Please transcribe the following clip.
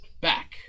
back